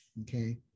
Okay